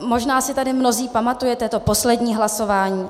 Možná si tady mnozí pamatujete to poslední hlasování.